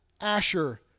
Asher